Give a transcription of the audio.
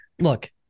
look